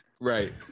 Right